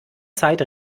zeit